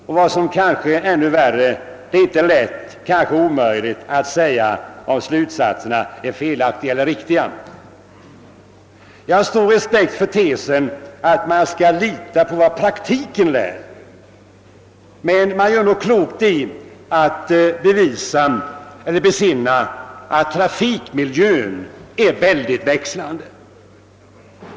Och vad värre är: det är inte lätt — ja, det är kanske helt omöjligt — att säga om slutsatserna är felaktiga eller riktiga. Jag har stor respekt för tesen att man skall lita på vad praktiken lär. Men vi gör nog klokt i att besinna att trafikmiljön är synnerligen växlande.